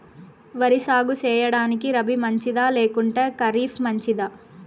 వరి సాగు సేయడానికి రబి మంచిదా లేకుంటే ఖరీఫ్ మంచిదా